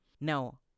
Now